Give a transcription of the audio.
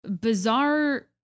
bizarre